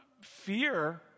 fear